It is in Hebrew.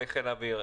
הצבעה אושר.